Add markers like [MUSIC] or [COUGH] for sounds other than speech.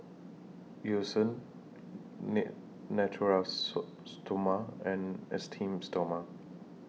Eucerin [UNINTELLIGIBLE] Natura So Stoma and Esteem Stoma